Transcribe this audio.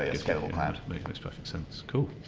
ah scalable cloud. makes perfect sense. cool.